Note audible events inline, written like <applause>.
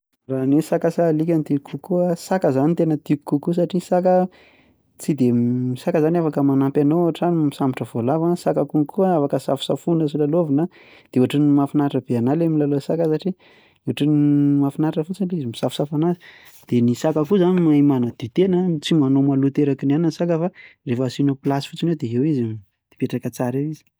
Raha ny hoe saka sa alika no tiako kokoa, saka zany no tena tiako kokoa satria ny saka tsy de m- ny saka zany afaka manampy anao ao an-trano misambotra voalavo a, ny saka konko a afaka safosasoina sy lalaovina de ohatran'ny mahafinaritra be anahy le milalao saka satria ohatran'ny mahafinaritra fotsiny le izy misafosafo anazy. De ny saka koa zany mahay manadio tena, <noise> tsy manao maloto eraky ny anona ny saka fa rehefa asianao plasy fotsiny eo de eo izy mipetraka tsara eo izy.